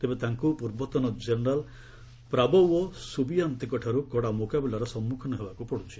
ତେବେ ତାଙ୍କୁ ପୂର୍ବତନ କେନେରାଲ୍ ପ୍ରାବୋୱୋ ସୁବିୟାନ୍ତୋଙ୍କଠାରୁ କଡ଼ା ମୁକାବିଲାର ସମ୍ମୁଖୀନ ହେବାକୁ ପଡ୍ରୁଛି